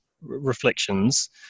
reflections